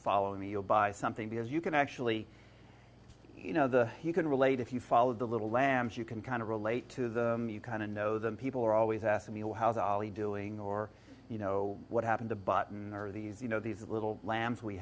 following me you'll buy something because you can actually you know the you can relate if you follow the little lambs you can kind of relate to the kind of know them people are always asking me oh how the ali doing or you know what happened to button are these you know these little lambs we